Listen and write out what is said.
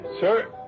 sir